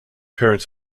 parents